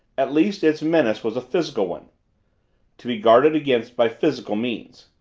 at least its menace was a physical one to be guarded against by physical means.